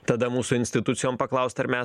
tada mūsų institucijom paklaust ar mes